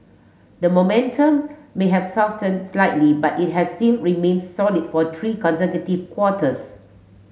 the momentum may have softened slightly but it has still remained solid for three consecutive quarters